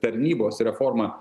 tarnybos reforma